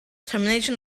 termination